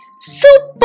Super